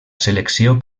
selecció